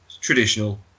traditional